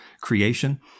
creation